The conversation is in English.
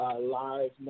live